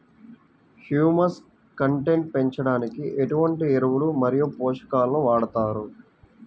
Humus content పెంచడానికి ఎటువంటి ఎరువులు మరియు పోషకాలను వాడతారు?